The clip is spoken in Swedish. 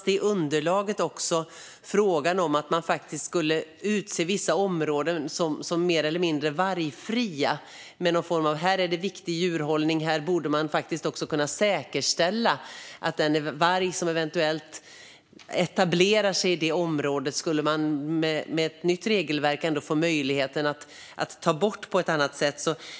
I underlaget föreslogs att man skulle utse vissa områden till vargfria på grund av viktig djurhållning. Med ett nytt regelverk skulle man där få möjlighet att ta bort den varg som eventuellt etablerade sig.